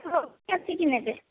ଆସିକି ନେବେ